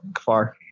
far